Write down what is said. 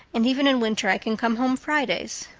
and even in winter i can come home fridays.